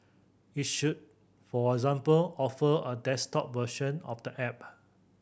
it should for example offer a desktop version of the app